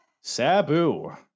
Sabu